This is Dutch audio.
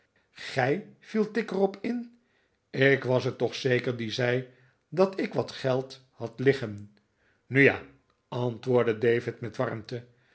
gij viel tigg er op in ik was het toch zeker die zei dat ik wat geld had liggen nu ja antwoordde david met warmte